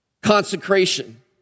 consecration